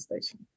station